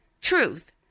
Truth